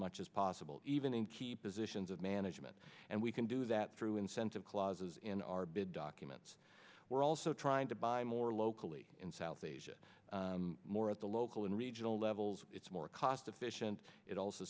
much as possible even in key positions of management and we can do that through incentive clauses in our bid document we're also trying to buy more locally in south asia more at the local and regional levels it's more cost efficient it also